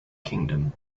kingdom